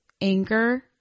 anger